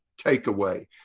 takeaway